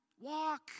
walk